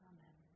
Amen